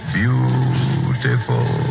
beautiful